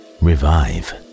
revive